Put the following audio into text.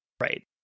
Right